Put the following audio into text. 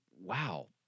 wow